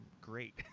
great